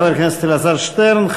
תודה לחבר הכנסת אלעזר שטרן.